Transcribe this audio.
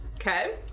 Okay